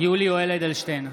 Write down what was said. יולי יואל אדלשטיין,